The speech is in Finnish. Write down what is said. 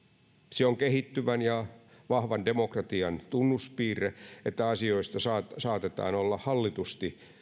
se on kehittyvän ja vahvan demokratian tunnuspiirre että asioista saatetaan saatetaan olla hallitusti